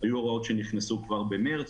היו הוראות שנכנסו כבר במרס,